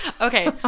Okay